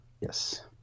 Yes